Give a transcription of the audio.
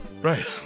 right